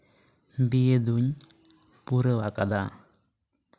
ᱵᱤᱭᱮ ᱫᱩᱧ ᱯᱩᱨᱟᱹᱣ ᱟᱠᱟᱫᱟ